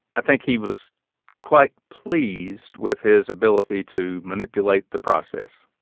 i think he was quite pleased with his ability to manipulate the process